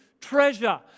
treasure